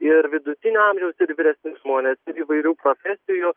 ir vidutinio amžiaus ir vyresni žmonės ir įvairių profesijų